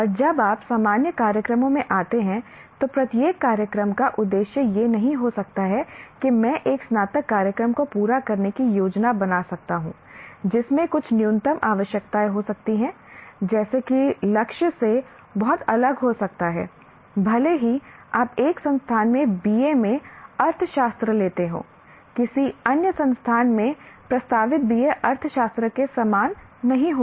और जब आप सामान्य कार्यक्रमों में आते हैं तो प्रत्येक कार्यक्रम का उद्देश्य यह नहीं हो सकता है कि मैं एक स्नातक कार्यक्रम को पूरा करने की योजना बना सकता हूं जिसमें कुछ न्यूनतम आवश्यकताएं हो सकती हैं जैसे कि लक्ष्य से बहुत अलग हो सकता है भले ही आप एक संस्थान में BA में अर्थशास्त्र लेते हों किसी अन्य संस्थान में प्रस्तावित BA अर्थशास्त्र के समान नहीं होगा